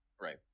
Right